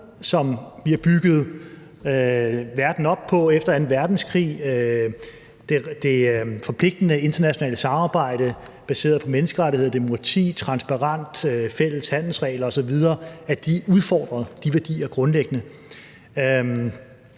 som vi har bygget verden op på efter anden verdenskrig – det forpligtende internationale samarbejde baseret på menneskerettigheder, demokrati, transparens, fælles handelsregler osv. – grundlæggende